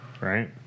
right